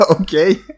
okay